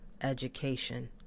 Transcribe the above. education